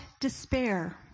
despair